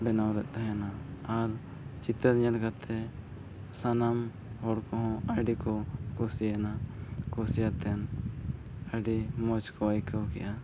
ᱵᱮᱱᱟᱣ ᱞᱮᱫ ᱛᱟᱦᱮᱱᱟ ᱟᱨ ᱪᱤᱛᱟᱹᱨ ᱧᱮᱞ ᱠᱟᱛᱮᱫ ᱥᱟᱱᱟᱢ ᱦᱚᱲᱠᱚ ᱟᱹᱰᱤ ᱠᱚ ᱠᱩᱥᱤᱭᱮᱱᱟ ᱠᱩᱥᱤ ᱠᱟᱛᱮᱫ ᱟᱹᱰᱤ ᱢᱚᱡᱽ ᱠᱚ ᱟᱹᱭᱠᱟᱹᱣ ᱠᱮᱫᱼᱟ